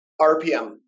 RPM